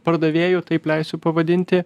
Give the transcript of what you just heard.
pardavėjų taip leisiu pavadinti